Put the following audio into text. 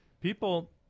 People